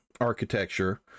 architecture